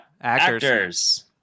Actors